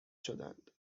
شدند